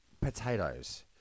potatoes